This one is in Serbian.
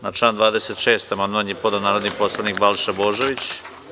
Na član 26. amandman je podneo narodni poslanik Balša Božović.